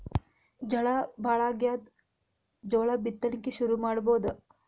ಝಳಾ ಭಾಳಾಗ್ಯಾದ, ಜೋಳ ಬಿತ್ತಣಿಕಿ ಶುರು ಮಾಡಬೋದ?